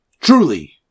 truly